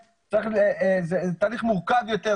זה תהליך מורכב יותר,